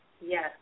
Yes